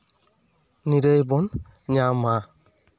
ᱱᱤᱨᱟᱹᱭ ᱵᱚᱱ ᱧᱟᱢᱟ